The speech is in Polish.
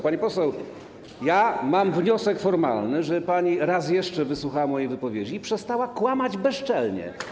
Pani poseł, ja mam wniosek formalny, żeby pani raz jeszcze wysłuchała mojej wypowiedzi i przestała kłamać bezczelnie.